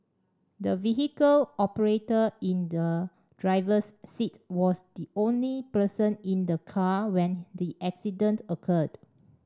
the vehicle operator in the driver's seat was the only person in the car when the accident occurred